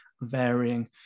varying